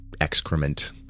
excrement